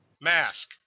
Mask